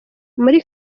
muri